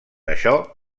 això